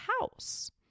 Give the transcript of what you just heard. house